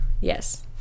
Yes